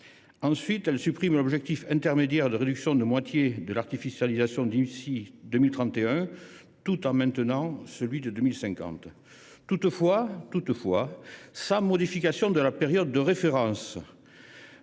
Ensuite, elle supprime l’objectif intermédiaire de réduction de moitié de l’artificialisation des sols d’ici à 2031, tout en maintenant celui de 2050. Toutefois, sans modification de la période de référence